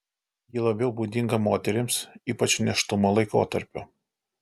ji labiau būdinga moterims ypač nėštumo laikotarpiu